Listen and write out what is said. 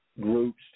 groups